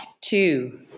two